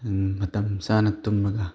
ꯃꯇꯝ ꯆꯥꯅ ꯇꯨꯝꯃꯒ